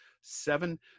Seven